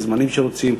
בזמנים שרוצים,